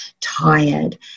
tired